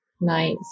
nice